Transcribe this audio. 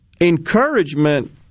encouragement